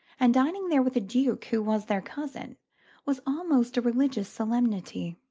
and dining there with a duke who was their cousin was almost a religious solemnity.